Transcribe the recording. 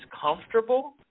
comfortable